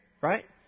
right